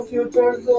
Futures